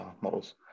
models